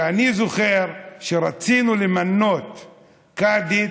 ואני זוכר שכשרצינו למנות קאדית,